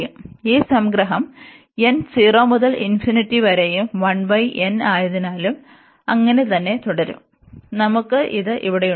അതിനാൽ ഈ സംഗ്രഹം n 0 മുതൽ ∞ വരെയും ആയതിനാലും അങ്ങനെ തന്നെ തുടരും അതിനാൽ നമുക്കും ഇത് ഇവിടെയുണ്ട്